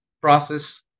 process